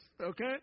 okay